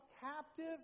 captive